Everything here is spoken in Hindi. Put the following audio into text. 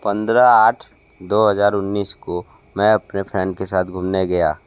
पंद्रह आठ दो हज़ार उन्नीस को मै अपने फ्रेंड के साथ घूमने गया